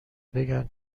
بگن